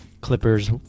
clippers